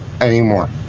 Anymore